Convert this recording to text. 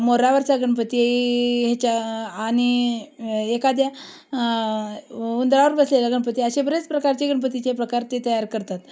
मोरावरचा गणपती ह्याच्या आणि एखाद्या उंदरावर बसलेल्या गणपती असे बरेच प्रकारचे गणपतीचे प्रकार ते तयार करतात